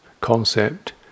concept